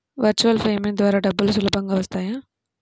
Virtual payment ద్వారా డబ్బులు సులభంగా వస్తాయా?